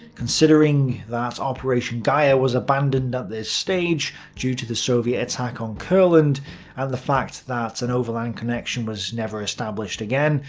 considering that operation geier was abandoned at ah the stage due to the soviet attack on courland and the fact that an overland connection was never established again,